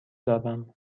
دارم